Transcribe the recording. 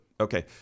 Okay